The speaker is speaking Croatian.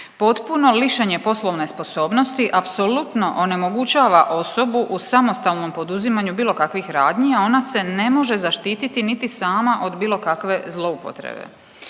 Potpuno lišenje poslovne sposobnosti apsolutno onemogućava osobu u samostalnom poduzimanju bilo kakvih radnji, a ona se ne može zaštititi niti sama od bilo kakve zloupotrebe.